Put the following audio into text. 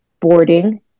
boarding